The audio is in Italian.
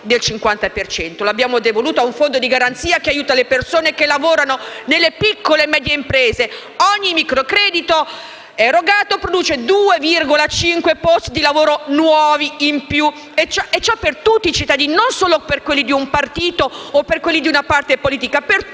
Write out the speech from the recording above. lo abbiamo devoluto a un fondo di garanzia che aiuta le persone che lavorano nelle piccole e medie imprese. Ogni microcredito erogato produce 2,5 posti di lavoro nuovi, in più, e questo per tutti i cittadini, non solo per quelli di un partito o di una parte politica,